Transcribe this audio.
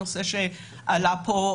הערה אחרונה.